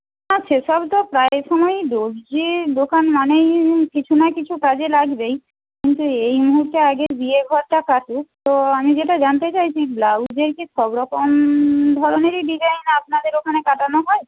না সেসব তো প্রায় সময়ই দর্জির দোকান মানেই কিছু না কিছু কাজে লাগবেই কিন্তু এই মুহূর্তে আগে বিয়ে ঘরটা কাটুক তো আমি যেটা জানতে চাইছি ব্লাউজের কি সবরকম ধরনেরই ডিজাইন আপনাদের ওখানে কাটানো হয়